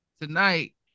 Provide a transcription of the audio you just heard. Tonight